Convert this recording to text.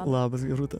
labas gerūta